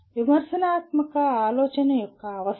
విమర్శనాత్మక ఆలోచన యొక్క అవసరాలు